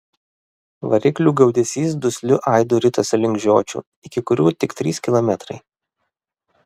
variklių gaudesys dusliu aidu ritosi link žiočių iki kurių tik trys kilometrai